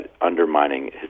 undermining